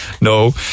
no